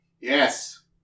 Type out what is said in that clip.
Yes